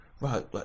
right